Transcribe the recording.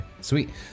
Sweet